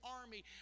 army